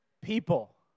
people